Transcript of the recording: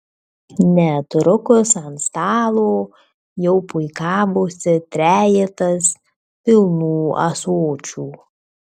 netrukus ant stalo jau puikavosi trejetas pilnų ąsočių